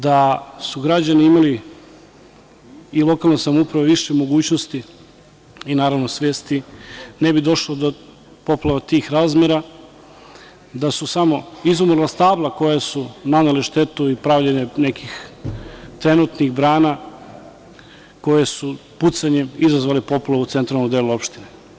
Da su građani i lokalna samouprava imali više mogućnosti i, naravno, svesti, ne bi došlo do poplava tih razmera, da su samo izumrla stabla koja su nanela štetu i pravljenje nekih trenutnih brana koje su pucanjem izazvale poplavu u centralnom delu opštine.